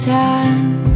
time